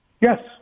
Yes